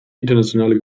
internationale